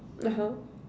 (uh huh)